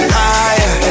higher